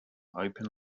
open